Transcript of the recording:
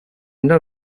andò